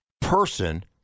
person